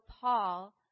Paul